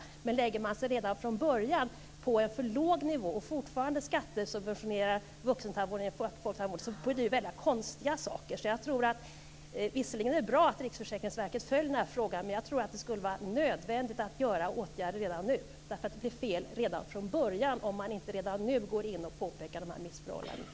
Om man redan från början lägger sig på en för låg nivå och fortfarande skattesubventionerar vuxentandvården inom folktandvården händer det ju väldigt konstiga saker. Visserligen är det bra att Riksförsäkringsverket följer den här frågan, men jag tror att det är nödvändigt att vidta åtgärder redan nu. Det blir fel redan från början om man inte redan nu går in och påpekar dessa missförhållanden.